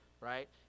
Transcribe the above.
right